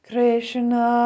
Krishna